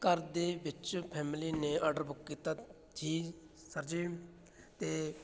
ਘਰ ਦੇ ਵਿੱਚ ਫੈਮਿਲੀ ਨੇ ਆਡਰ ਬੁੱਕ ਕੀਤਾ ਜੀ ਸਰ ਜੀ ਅਤੇ